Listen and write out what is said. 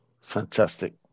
Fantastic